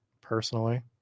personally